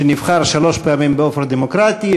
שנבחר שלוש פעמים באופן דמוקרטי.